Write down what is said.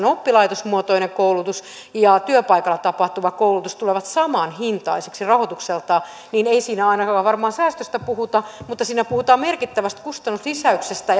oppilaitosmuotoinen koulutus ja työpaikalla tapahtuva koulutus tulevat samanhintaisiksi rahoitukseltaan ei siinä ainakaan varmaan säästöstä puhuta mutta siinä puhutaan merkittävästä kustannuslisäyksestä